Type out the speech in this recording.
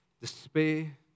despair